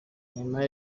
neymar